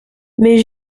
mais